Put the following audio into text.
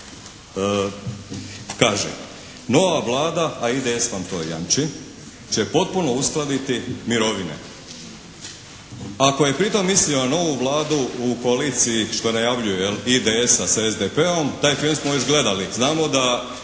kaže nova Vlada a IDS vam to jamči će potpuno uskladiti mirovine. Ako je pritom mislio na novu Vladu u koaliciji što najavljuju IDS-a s SDP-om taj film smo već gledali. Znamo da